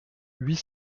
huit